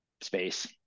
space